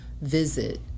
visit